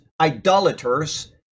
idolaters